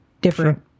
different